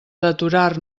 deturar